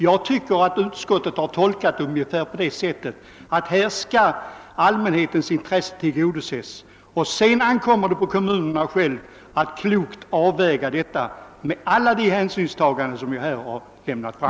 Jag tycker att utskottet utmärkt uttalat att allmänhetens intressen skall tillgodoses. Sedan ankommer det på kommunerna att göra en klok avvägning under hänsynstagande till alla de synpunkter som jag här har anfört.